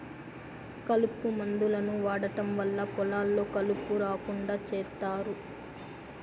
కలుపు మందులను వాడటం వల్ల పొలాల్లో కలుపు రాకుండా చేత్తారు